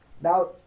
Now